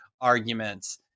arguments